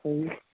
صحی